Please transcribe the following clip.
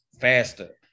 faster